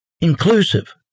inclusive